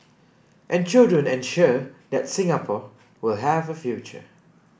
and children ensure that Singapore will have a future